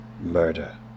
murder